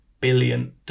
billion